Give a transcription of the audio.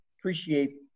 appreciate